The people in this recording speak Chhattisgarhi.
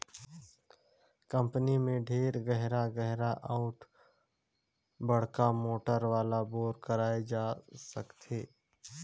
कंपनी में ढेरे गहरा गहरा अउ बड़का मोटर वाला बोर कराए जा सकथे